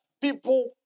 People